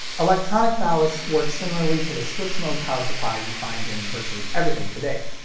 electronic ballasts work similarly to the switched-mode power supplies you find in virtually everything today.